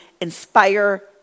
inspire